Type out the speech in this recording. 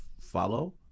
follow